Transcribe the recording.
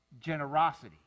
generosity